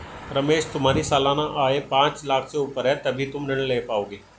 रमेश तुम्हारी सालाना आय पांच लाख़ से ऊपर है तभी तुम ऋण ले पाओगे